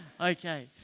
Okay